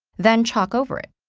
then chalk over it.